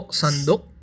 sandok